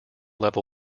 level